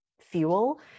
fuel